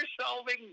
solving